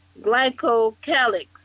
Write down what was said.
glycocalyx